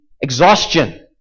exhaustion